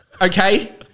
okay